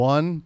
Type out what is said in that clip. One